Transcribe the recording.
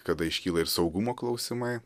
kada iškyla ir saugumo klausimai